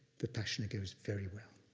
vipassana goes very well.